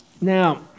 now